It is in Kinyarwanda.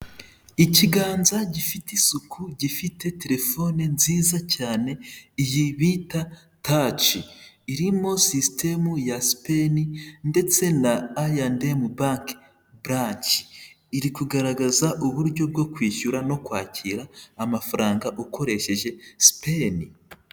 Ikiganza gifite isuku, gifite telefone nziza cyane, iyi bita taci. Irimo sisitemu ya sipeni ndetse na aya endemu banke buranshi, iri kugaragaza uburyo bwo kwishyura no kwakira amafaranga ukoresheje sipeni.